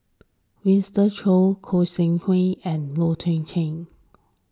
Winston Choos Goi Seng Hui and Loh Wai Kiew